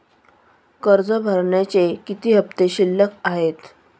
कर्ज भरण्याचे किती हफ्ते शिल्लक आहेत?